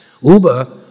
Uber